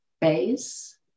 base